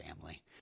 family